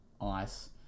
ice